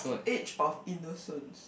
age of innocence